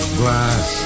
glass